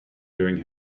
wearing